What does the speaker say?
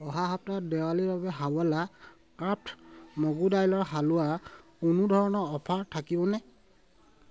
অহা সপ্তাহত দেৱালীৰ বাবে হাৱলা ক্ৰাফ্ট মগু দাইলৰ হালোৱাত কোনো ধৰণৰ অফাৰ থাকিবনে